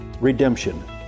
redemption